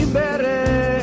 better